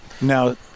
Now